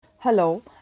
Hello